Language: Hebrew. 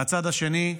מהצד השני,